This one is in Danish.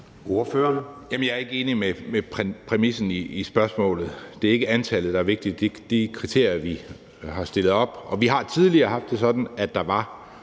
Jeg er ikke enig i præmissen for spørgsmålet – det er ikke antallet, der er vigtigt, i de kriterier, vi har stillet op. Vi har tidligere haft det sådan, at der var